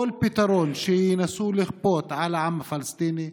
כל פתרון שינסו לכפות על העם הפלסטיני,